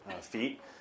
feet